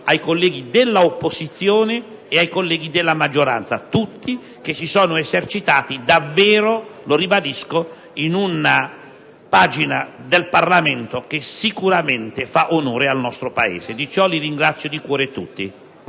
ai colleghi dell'opposizione e ai colleghi della maggioranza tutti che si sono esercitati davvero, lo ribadisco, in una pagina del Parlamento che sicuramente fa onore al nostro Paese. Di ciò vi ringrazio di cuore tutti.